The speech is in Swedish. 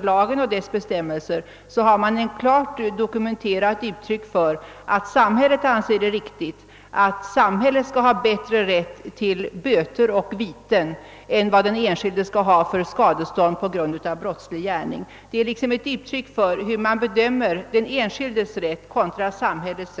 denna lag och dess bestämmelser finns ett klart dokumenterat uttryck för att samhället anser det riktigt att samhället skall ha bättre rätt till böter och viten än vad den enskilde skall ha till skadestånd på grund av brottslig gärning. Detta visar hur man bedömer den enskildes rätt kontra samhällets.